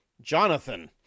Jonathan